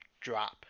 drop